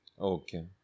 Okay